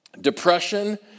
Depression